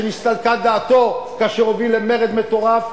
שנסתלקה דעתו כאשר הוביל למרד מטורף,